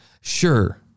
sure